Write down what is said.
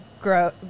grow